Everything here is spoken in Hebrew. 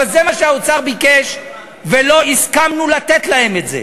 אבל זה מה שהאוצר ביקש, ולא הסכמנו לתת להם את זה.